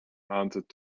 answered